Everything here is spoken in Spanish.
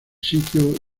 sitio